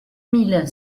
mille